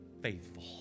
faithful